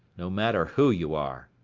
no matter who you are.